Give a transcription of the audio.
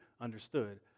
understood